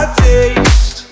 taste